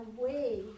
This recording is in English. away